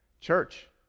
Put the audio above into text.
Church